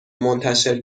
منتشر